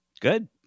Good